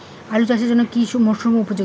আলু চাষের জন্য কি মরসুম উপযোগী?